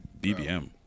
BBM